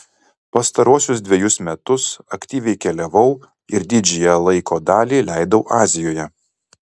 pastaruosius dvejus metus aktyviai keliavau ir didžiąją laiko dalį leidau azijoje